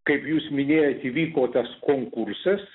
kaip jūs minėjot įvyko tas konkursas